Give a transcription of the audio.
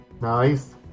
Nice